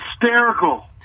hysterical